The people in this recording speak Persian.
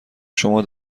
شما